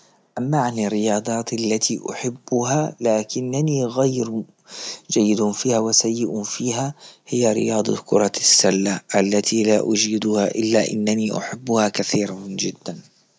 أما عن الرياضات التي أحبها لكنني غير جيد فيها وسيء فيها، هي رياض كرة السلة التي لا أجيدها إلا أنني أحبها كثيرا جدا.